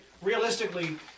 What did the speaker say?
Realistically